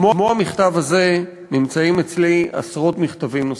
כמו המכתב הזה נמצאים אצלי עשרות מכתבים נוספים,